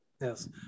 Yes